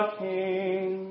king